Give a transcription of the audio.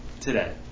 today